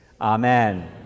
Amen